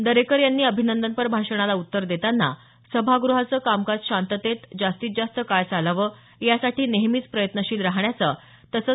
दरेकर यांनी अभिनंदनपर भाषणांला उत्तर देताना सभागृहाचं कामकाज शांततेत जास्तीत जास्त काळ चालावं यासाठी नेहमीच प्रयत्नशील राहण्याचं तसंच